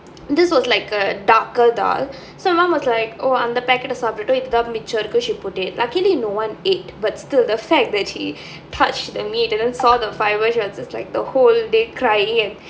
this was like a darker dhal so my mom was like oh அந்த:antha packet சாப்டுட்டேன் இதுதா மிச்சம் இருக்கு:saapttuttaen ithu thaan micham irukku she put it luckily no one ate but still the fact that she touched the meat and then saw the fibre she was just like the whole day crying and